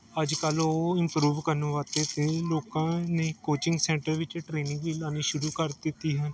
ਅੱਜ ਕੱਲ੍ਹ ਉਹ ਇਨਪਰੂਵ ਕਰਨ ਵਾਸਤੇ ਤਾਂ ਲੋਕਾਂ ਨੇ ਕੋਚਿੰਗ ਸੈਂਟਰ ਵਿੱਚ ਟ੍ਰੇਨਿੰਗ ਵੀ ਕਰਨੀ ਸ਼ੁਰੂ ਕਰ ਦਿੱਤੀ ਹੈ